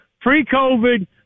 Pre-COVID